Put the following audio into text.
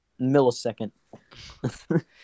millisecond